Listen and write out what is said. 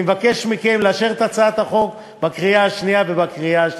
ואני מבקש מכם לאשר את הצעת החוק בקריאה השנייה ובקריאה השלישית.